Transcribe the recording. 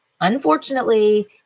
unfortunately